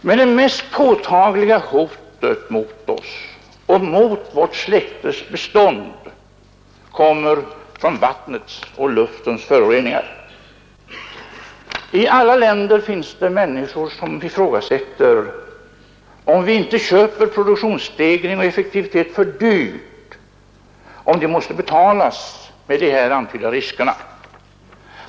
Men det mest påtagliga hotet mot oss och mot vårt släktes bestånd kommer från vattnets och luftens föroreningar. I alla länder finns det människor som ifrågasätter, om vi inte köper produktionsstegring och effektivitet för dyrt, om de måste betalas med de här antydda riskerna.